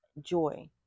joy